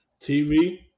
TV